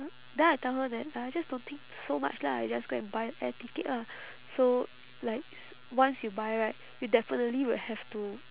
then I tell her that ah just don't think so much lah just go and buy air ticket lah so like once you buy right you definitely will have to